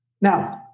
now